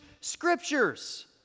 Scriptures